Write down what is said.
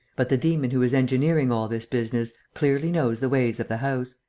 but the demon who is engineering all this business clearly knows the ways of the house.